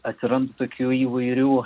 atsirand tokių įvairių